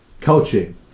coaching